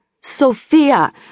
Sophia